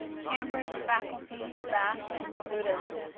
cambridge faculty, staff, and students.